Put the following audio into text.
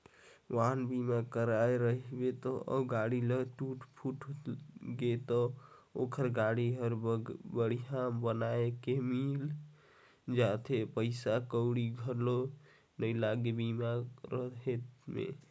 वाहन बीमा कराए रहिबे अउ गाड़ी ल टूट फूट गे त ओखर गाड़ी हर बड़िहा बनाये के मिल जाथे पइसा कउड़ी घलो नइ लागे बीमा रहें में